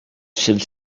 should